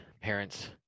Parents